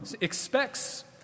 expects